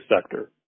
sector